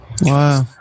Wow